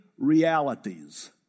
realities